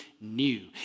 new